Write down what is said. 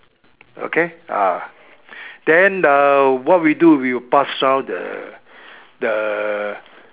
okay ah then ah what we do we will pass round the the